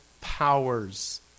powers